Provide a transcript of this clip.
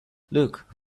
look